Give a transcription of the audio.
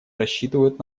рассчитывают